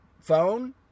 phone